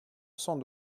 cent